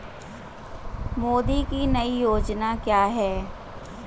मोदी की नई योजना क्या है?